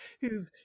who've